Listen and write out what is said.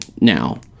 now